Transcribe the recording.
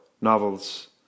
novels